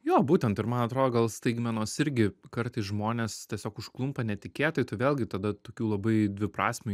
jo būtent ir man atrodo gal staigmenos irgi kartais žmones tiesiog užklumpa netikėtai tai vėlgi tada tokių labai dviprasmių